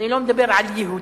אני לא מדבר על יהודים,